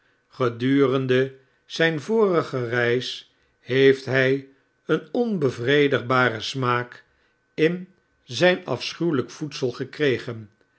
gedurende zgn vorige reis heeft hg een onbevredigbaren smaak in zgn afschuwelgk voedsel gekregen